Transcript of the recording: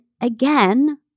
again